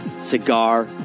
Cigar